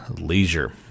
leisure